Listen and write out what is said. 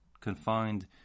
confined